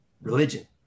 religion